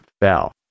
fell